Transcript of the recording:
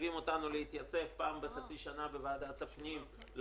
הניקיון זו ועדת הפנים.